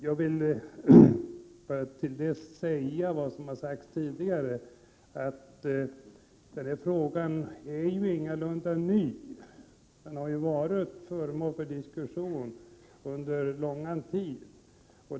Jag vill upprepa vad som har sagts tidigare, nämligen att frågan ingalunda är ny. Den har varit föremål för diskussion under lång tid.